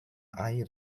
air